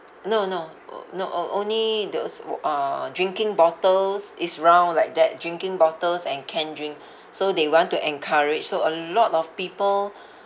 no no oo not all only those w~ uh drinking bottles is round like that drinking bottles and can drink so they want to encourage so a lot of people